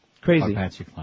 Crazy